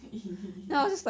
!ee!